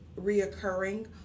reoccurring